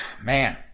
man